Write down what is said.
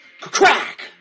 Crack